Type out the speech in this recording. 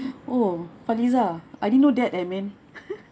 oh farlizah I didn't know eh man